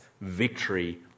victory